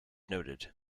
noted